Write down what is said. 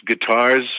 guitars